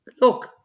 look